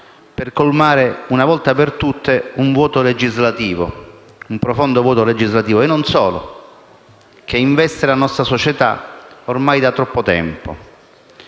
per colmare una volta per tutte un profondo vuoto legislativo - e non solo - che investe la nostra società ormai da troppo tempo.